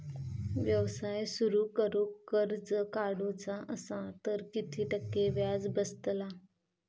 व्यवसाय सुरु करूक कर्ज काढूचा असा तर किती टक्के व्याज बसतला?